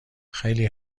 خیلی